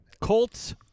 colts